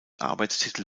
arbeitstitel